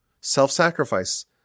Self-sacrifice